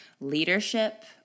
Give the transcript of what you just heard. leadership